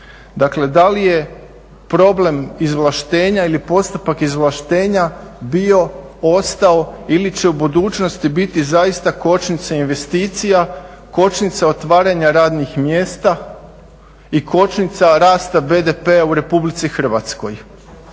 Dakle, da li je problem izvlaštenja ili postupak izvlaštenja bio, ostao ili će u budućnosti biti zaista kočnica investicija, kočnica otvaranja radnih mjesta i kočnica rasta BDP-a u RH. Tko